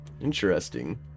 Interesting